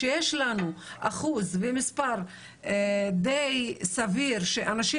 כשיש לנו אחוז ומספר די סביר שאנשים